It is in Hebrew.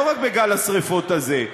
לא רק בגל השרפות הזה,